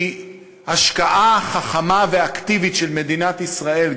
כי השקעה חכמה ואקטיבית של מדינת ישראל,